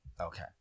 Okay